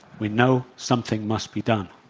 we know something must be done,